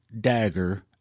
dagger